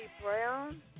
Brown